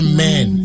Amen